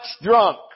drunk